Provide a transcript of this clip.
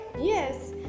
Yes